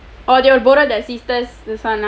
oh they will borrow the sisters this one lah